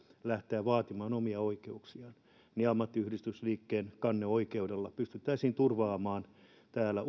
lähteä vaatimaan omia oikeuksiaan pystyttäisiin turvaamaan ammattiyhdistysliikkeen kanneoikeudella pystyttäisiin turvaamaan täällä